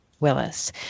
willis